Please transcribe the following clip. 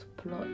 plot